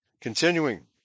Continuing